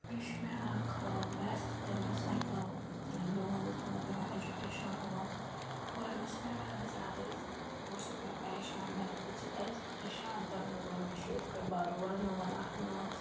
بیٚیہِ چھُ مےٚ اَکھ وٮ۪س تہٕ تٔمۍ اوس اَکہِ دۄہ لون حظ نیوٗمُت یِہوٚے اٮ۪جُکیشَن لون گۄڈٕ اوس مےٚ واریاہ زیادٕ حظ وٕچھِ سُہ مےٚ پریشان مےٚ دوٚپُس ژٕ کیٛازِ پریشان تٔمۍ دوٚپ دوٚپَن مےٚ چھُ یِتھ کٲٹھۍ بارووَل لون اَکھ نیوٗمُت